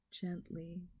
gently